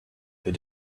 they